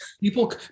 people